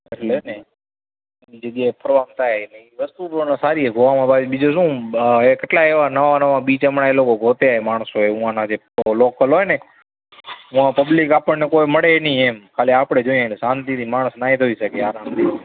એટલે ને એની જગ્યાએ ફરવાનું થાય વસ્તુ પણ સારી છે ગોવામાં પાછું વળી શું કેટલા એવા નવાં નવાં બીચ હમણાં એ લોકો ગોતે એ માણસો ઉંઆના જે લોકલ હોય ને ઉંઆ પબ્લિક આપણને કોઈ મળે નહીં એમ ખાલી આપણે જ હોઈએ એટલે શાંતિથી માણસ નાહી ધોઈ શકે આરામથી